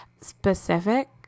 specific